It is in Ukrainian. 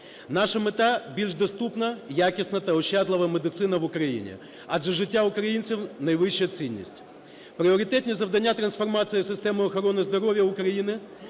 Наша мета – більш доступна, якісна та ощадлива медицина в Україні, адже життя українців – найвища цінність. Пріоритетні завдання трансформації системи охорони здоров'я України,